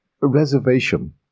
reservation